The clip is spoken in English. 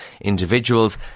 individuals